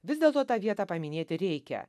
vis dėlto tą vietą paminėti reikia